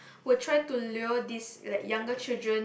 will try to lure these like younger children